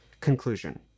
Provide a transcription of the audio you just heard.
Conclusion